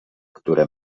które